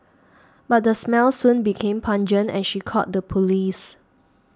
but the smell soon became pungent and she called the police